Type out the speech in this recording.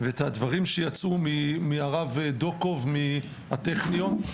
ואת הדברים שיצאו מהרב דוקוב מהטכניון.